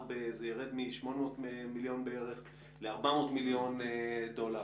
זה ירד מ-800 מיליון בערך ל-400 מיליון דולר.